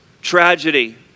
tragedy